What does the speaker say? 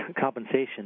compensation